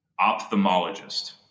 ophthalmologist